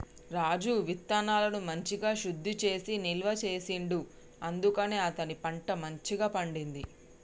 రాజు విత్తనాలను మంచిగ శుద్ధి చేసి నిల్వ చేసిండు అందుకనే అతని పంట మంచిగ పండింది